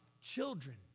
children